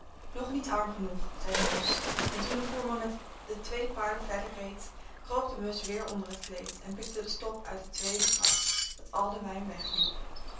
nog niet arm genoeg zei de musch en toen de voerman met de twee paarden verder reed kroop de musch weer onder het kleed en pikte de stop uit het tweede gat dat al de wijn wegliep